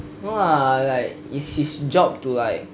no lah it's his job to like